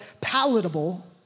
palatable